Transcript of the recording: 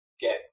get